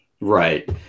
Right